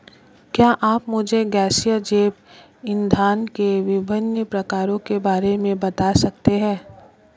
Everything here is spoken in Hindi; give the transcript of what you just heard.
क्या आप मुझे गैसीय जैव इंधन के विभिन्न प्रकारों के बारे में बता सकते हैं?